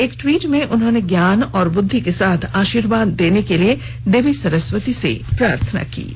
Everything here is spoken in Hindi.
एक ट्वीट में उन्होंने ज्ञान और बुद्धि के साथ आशीर्वाद देने के लिए देवी सरस्वती से प्रार्थना की है